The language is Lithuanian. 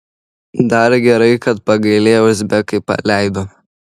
dar gerai kad pagailėję uzbekai paleido